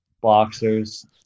boxers